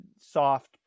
soft